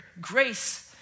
grace